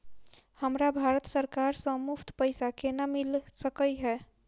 हमरा भारत सरकार सँ मुफ्त पैसा केना मिल सकै है?